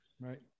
right